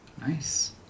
Nice